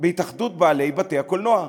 בהתאחדות בעלי בתי-הקולנוע.